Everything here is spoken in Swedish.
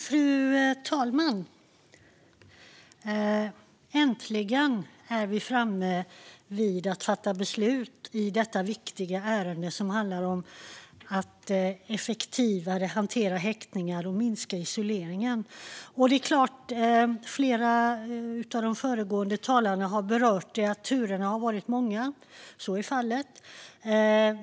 Fru talman! Äntligen är vi framme vid att fatta beslut i detta viktiga ärende som handlar om att effektivare hantera häktningar och minska isoleringen. Flera av de föregående talarna har berört att turerna har varit många, och så är fallet.